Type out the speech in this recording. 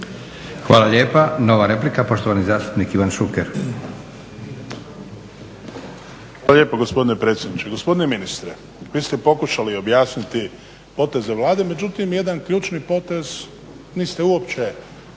Hvala lijepa. Nova replika poštovani zastupnik Ivan Šuker. **Šuker, Ivan (HDZ)** Hvala lijepo gospodine predsjedniče. Gospodine ministre, vi ste pokušali objasniti poteze Vlade, međutim jedan ključni potez niste uopće se